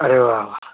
अरे वा वा